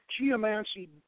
geomancy